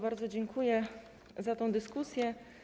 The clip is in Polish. Bardzo dziękuję za tę dyskusję.